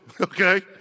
okay